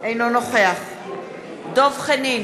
אינו נוכח דב חנין,